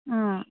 अँ